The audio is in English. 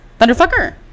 Thunderfucker